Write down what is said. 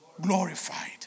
glorified